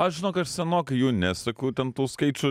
aš žinok aš senokai jų neseku ten tų skaičių